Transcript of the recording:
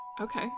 Okay